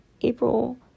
April